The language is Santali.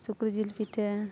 ᱥᱩᱠᱨᱤ ᱡᱤᱞ ᱯᱤᱴᱷᱟᱹ